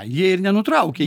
jie ir nenutraukė